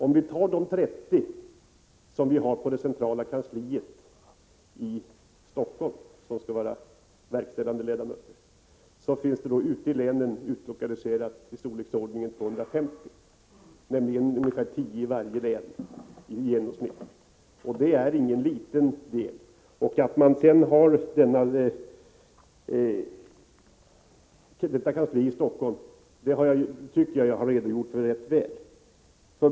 Förutom de 30 personer som finns på det centrala kansliet i Stockholm och som skall vara verkställande ledamöter finns det ute i länen totalt 250 personer utlokaliserade, nämligen i genomsnitt ungefär 10 personer i varje län. Det är ingen liten del. Anledningen till att man har detta kansli i Stockholm tycker jag att jag redogjort för rätt väl.